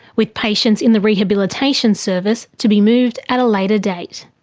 with patients in the rehabilitation service to be moved at a later date.